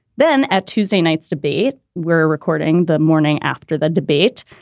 then at tuesday night's debate, we're recording the morning after the debate.